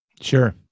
Sure